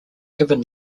given